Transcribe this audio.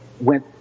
went